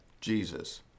Jesus